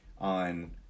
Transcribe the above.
on